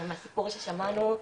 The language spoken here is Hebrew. הסיפור ששמענו,